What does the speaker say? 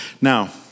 Now